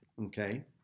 Okay